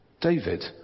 David